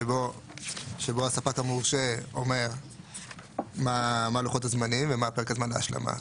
שבו הספק המורשה אומר מהם לוחות הזמנים ומה פרק זמן ההשלמה.